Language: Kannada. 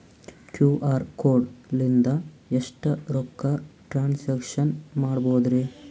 ಕ್ಯೂ.ಆರ್ ಕೋಡ್ ಲಿಂದ ಎಷ್ಟ ರೊಕ್ಕ ಟ್ರಾನ್ಸ್ಯಾಕ್ಷನ ಮಾಡ್ಬೋದ್ರಿ?